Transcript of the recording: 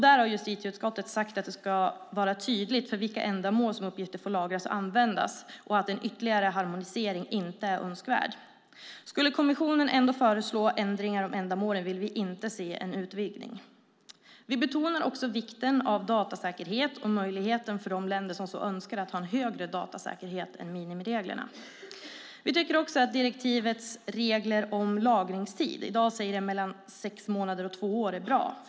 Där har justitieutskottet sagt att det ska vara tydligt för vilka ändamål uppgifter får lagras och användas och att en ytterligare harmonisering inte är önskvärd. Skulle kommissionen ändå föreslå ändringar av ändamålen vill vi inte se en utvidgning. Vi betonar också vikten av datasäkerhet och möjligheten för de länder som så önskar att ha en högre datasäkerhet än minimireglerna. Vi tycker även att direktivets regler om lagringstid, i dag mellan sex månader och två år, är bra.